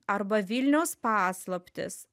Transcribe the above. arba vilniaus paslaptys